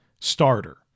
starter